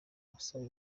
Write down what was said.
ubusabe